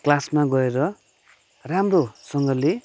क्लासमा गएर राम्रोसँगले